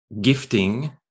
gifting